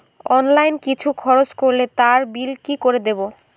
Online কিছু খরচ করলে তার বিল কি করে দেবো?